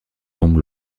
tombe